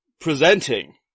Presenting